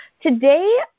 Today